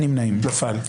הצבעה לא אושרה נפל.